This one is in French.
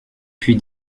puis